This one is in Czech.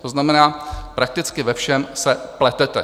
To znamená, prakticky ve všem se pletete.